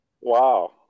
Wow